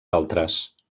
altres